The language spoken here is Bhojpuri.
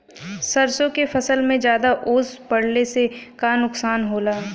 सरसों के फसल मे ज्यादा ओस पड़ले से का नुकसान होला?